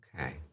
Okay